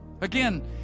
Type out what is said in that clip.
Again